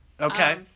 Okay